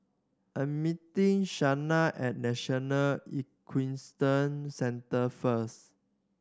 I am meeting Shanna at National Equestrian Centre first